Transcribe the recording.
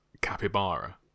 capybara